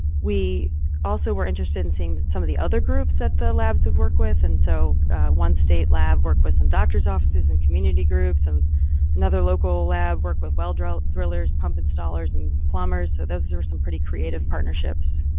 we also are interested in seeing some of the other groups that the labs would work with, and so one state lab worked with some doctor's offices and community groups, and another local lab worked with welders, drillers, pumper sellers and plumbers, so those are some pretty creative partnerships.